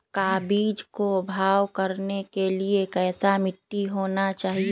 का बीज को भाव करने के लिए कैसा मिट्टी होना चाहिए?